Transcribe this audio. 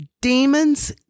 Demons